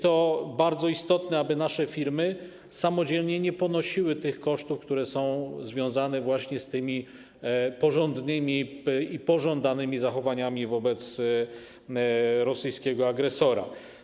To bardzo istotne, aby nasze firmy samodzielnie nie ponosiły tych kosztów, które są związane z tymi porządnymi i pożądanymi zachowaniami wobec rosyjskiego agresora.